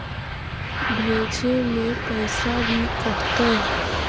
भेजे में पैसा भी कटतै?